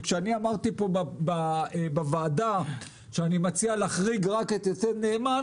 כשאמרתי בוועדה שאני מציע להחריג רק את "יתד נאמן",